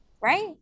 right